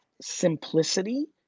simplicity